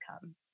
come